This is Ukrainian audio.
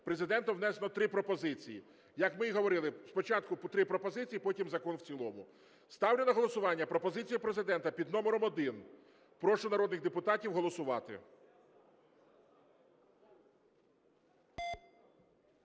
Президентом внесено три пропозиції. Як ми і говорили, спочатку три пропозиції, потім закон в цілому. Ставлю на голосування пропозицію Президента під номером 1. Прошу народних депутатів голосувати.